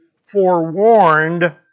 forewarned